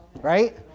right